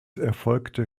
erfolgte